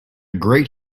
great